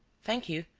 thank you.